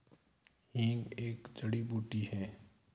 हींग एक जड़ी बूटी है